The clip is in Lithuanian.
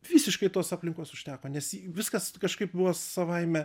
visiškai tos aplinkos užteko nes viskas kažkaip buvo savaime